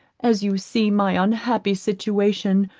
as you see my unhappy situation,